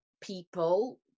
people